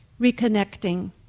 reconnecting